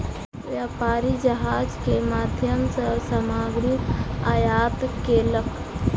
व्यापारी जहाज के माध्यम सॅ सामग्री आयात केलक